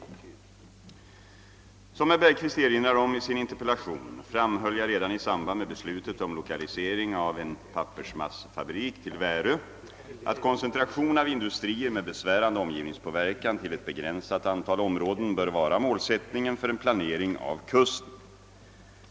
Som herr Bergqvist erinrar om i sin interpellation framhöll jag redan i samband med beslutet om lokalisering av pappersmassefabrik till Värö att koneentration av industrier med besvärande omgivningspåverkan till ett begränsat antal områden bör vara målsättningen för en planering av kusten.